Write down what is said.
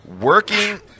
Working